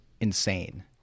insane